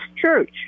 church